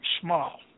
small